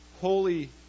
holy